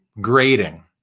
grading